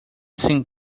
sem